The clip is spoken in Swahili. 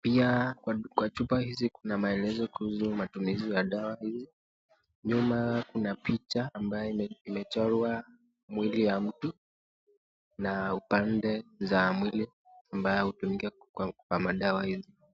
pia kwa chupa hizi kuna maelezo kuhusu matumizi ya dawa hizi, nyuma kuna picha ambayo imechorwa mwili ya mtu na upande za mwili ambayo hutumika kwa madawa hizi.